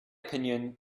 opinion